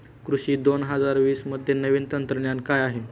कृषी दोन हजार वीसमध्ये नवीन तंत्रज्ञान काय आहे?